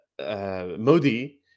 Modi